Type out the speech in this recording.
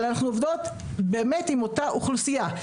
אנחנו עובדות באמת עם אותה אוכלוסיה.